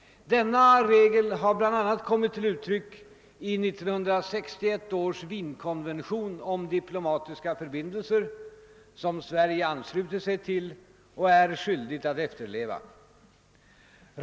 Denna regel har bl.a. kommit till uttryck i 1961 års Wienkonvention om diplomatiska förbindelser, som Sverige anslutit sig till och är skyldigt att efterleva.